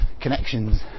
connections